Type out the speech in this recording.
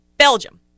Belgium